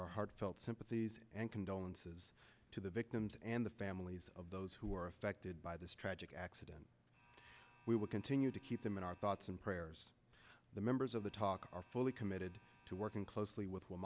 our heartfelt sympathies and condolences to the victims and the families of those who were affected by this tragic accident we will continue to keep them in our thoughts and prayers the members of the talks are fully committed to working closely with